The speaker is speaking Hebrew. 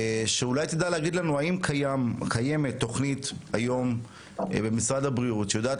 שתדע להגיד לנו האם קיימת היום במשרד הבריאות תוכנית שיודעת